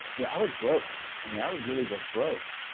yeah i was broke. i mean, i really was broke,